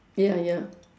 ya ya